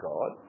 God